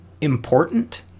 important